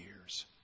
years